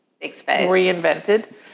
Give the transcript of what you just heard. reinvented